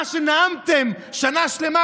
מה שנאמתם כאן שנה שלמה,